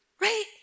Right